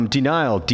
Denial